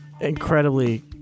incredibly